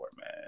man